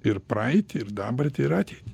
ir praeitį ir dabartį ir ateitį